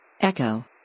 Echo